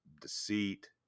deceit